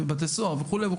ובתי סוהר וכולי.